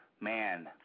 Man